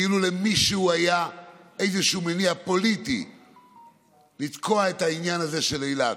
כאילו למישהו היה איזשהו מניע פוליטי לתקוע את העניין הזה של אילת,